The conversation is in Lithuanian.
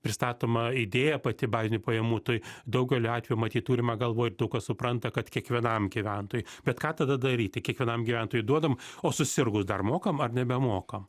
pristatoma idėja pati bazinių pajamų tai daugeliu atvejų matyt turima galvoj ir daug kas supranta kad kiekvienam gyventojui bet ką tada daryti kiekvienam gyventojui duodam o susirgus dar mokam ar nebemokam